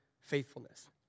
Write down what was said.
faithfulness